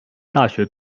大学